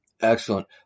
Excellent